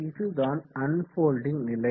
இதுதான் அன்ஃபொல்டிங் நிலை